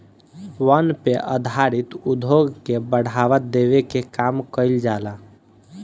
वन पे आधारित उद्योग के बढ़ावा देवे के काम कईल जाला